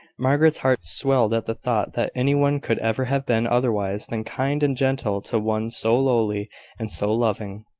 margaret's heart swelled at the thought that any one could ever have been otherwise than kind and gentle to one so lowly and so loving.